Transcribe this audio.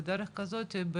בדרך כזאתי,